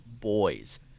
boys